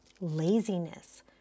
laziness